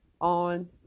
On